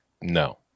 no